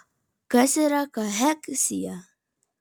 kas yra kacheksija